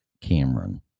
Cameron